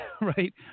right